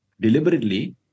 deliberately